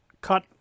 cut